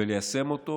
וליישם אותו,